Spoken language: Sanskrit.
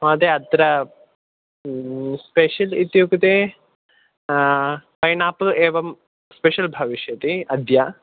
महोदय अत्र स्पेशल् इत्युक्ते पैनापल् एवं स्पेशल् भविष्यति अद्य